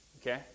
Okay